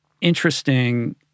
interesting